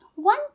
One